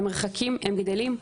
המרחקים גדלים.